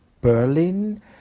berlin